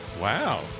Wow